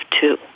two